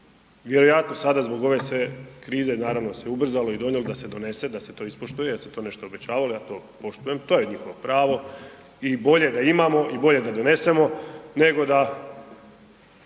vjerojatno sada zbog ove sve krize naravno se ubrzalo i donijelo da se donese, da se to ispoštuje, da se to nešto obećavalo, ja to poštujem, to je njihovo pravo i bolje da imamo i bolje da donesemo nego da,